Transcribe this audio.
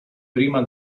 prima